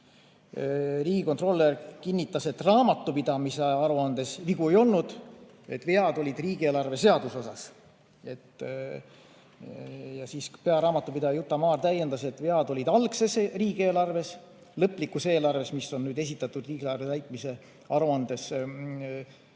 Riigikontrolör kinnitas, et raamatupidamise aruandes vigu ei olnud, vead olid riigieelarve seaduse osas. Pearaamatupidaja Juta Maar täiendas, et vead olid algses riigieelarves. Lõplikus eelarves, mis on nüüd esitatud riigieelarve täitmise aruandes samamoodi